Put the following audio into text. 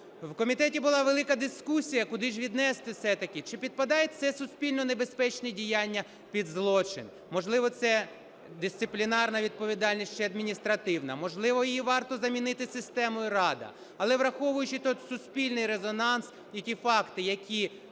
В комітеті була велика дискусія, куди ж віднести все-таки, чи підпадає це суспільно-небезпечне діяння під злочин? Можливо, це дисциплінарна відповідальність чи адміністративна? Можливо, її варто замінити системою "Рада"? Але, враховуючи суспільний резонанс і ті факти, які весь